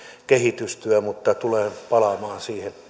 kehitystyö tulen palaamaan siihen